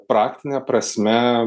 praktine prasme